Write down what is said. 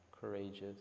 courageous